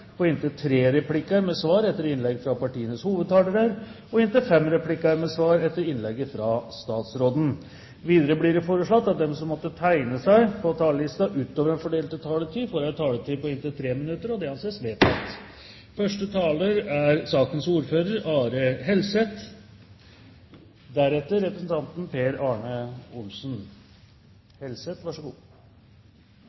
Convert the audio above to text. på inntil tre replikker med svar etter innlegg fra partienes hovedtalere og inntil fem replikker med svar etter innlegget fra statsråden innenfor den fordelte taletid. Videre blir det foreslått at de som måtte tegne seg på talerlisten utover den fordelte taletid, får en taletid på inntil 3 minutter. – Det anses vedtatt.